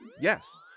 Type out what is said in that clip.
yes